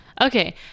Okay